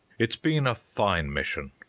it's been a fine mission.